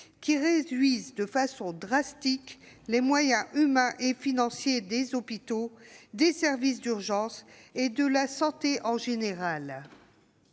ont réduit de façon drastique les moyens humains et financiers des hôpitaux, des services d'urgence et de santé en général.